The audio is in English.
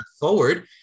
forward